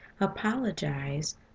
apologize